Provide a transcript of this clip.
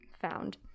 found